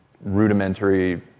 rudimentary